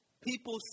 people